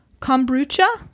kombucha